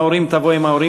ואימא,